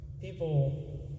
people